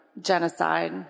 genocide